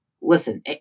listen